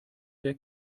der